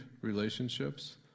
relationships